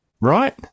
right